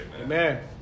Amen